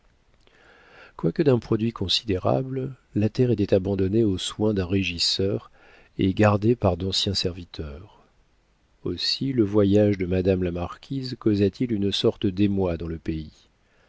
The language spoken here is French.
quoique d'un produit considérable la terre était abandonnée aux soins d'un régisseur et gardée par d'anciens serviteurs aussi le voyage de madame la marquise causa t il une sorte d'émoi dans le pays